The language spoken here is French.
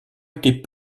était